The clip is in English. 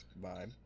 Bye